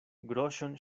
groŝon